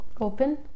Open